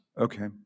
Okay